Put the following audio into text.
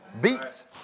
Beats